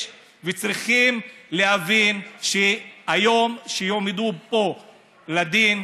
וצריכים להבין שהיום שיועמדו פה לדין,